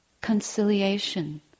conciliation